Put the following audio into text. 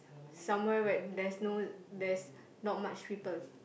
somewhere where there's no there's not much people